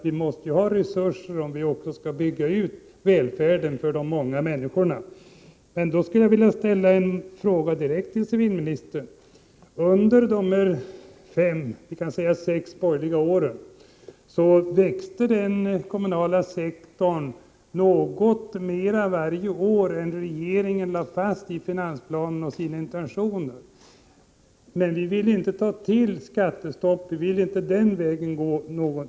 Vi måste ha resurser om vi skall bygga ut välfärden för de många människorna. Jag skulle vilja ställa en fråga direkt till civilministern. Under de sex borgerliga åren växte den kommunala sektorn något mer varje år än regeringen lade fast i finansplanen eller hade i sina intentioner. Men vi ville inte ta till skattestopp, vi ville inte gå den vägen.